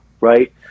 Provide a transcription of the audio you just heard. right